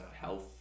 health